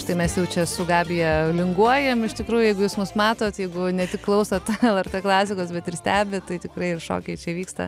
štai mes jau čia su gabija linguojam iš tikrųjų jeigu jūs mus matot jeigu ne tik klausot lrt klasikos bet ir stebit tai tikrai ir šokiai čia vyksta